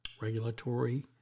regulatory